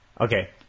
Okay